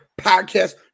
podcast